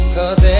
Cause